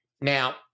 now